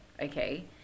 okay